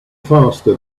faster